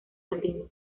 jardines